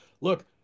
Look